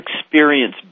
experience